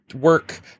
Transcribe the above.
work